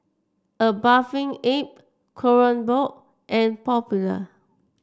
A Bathing Ape Kronenbourg and Popular